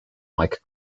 mike